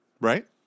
Right